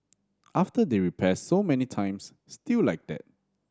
after they repair so many times still like that